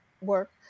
work